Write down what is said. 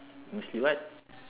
mostly what